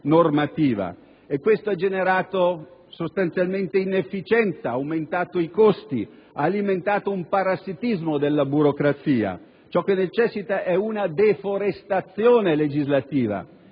e ciò ha generato inefficienza, ha aumentato i costi, ha alimentato un parassitismo della burocrazia. Si ha la necessità di una deforestazione legislativa